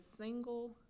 single